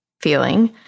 feeling